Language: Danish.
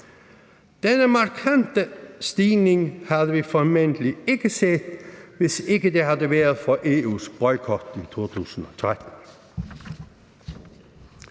Denne markante stigning havde vi formentlig ikke set, hvis ikke det havde været for EU's boykot i 2013.